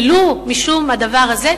ולו משום הדבר הזה,